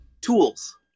tools